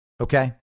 Okay